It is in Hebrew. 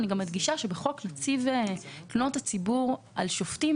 אני מדגישה שבחוק נציב תלונות הציבור על שופטים,